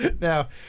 Now